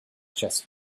chest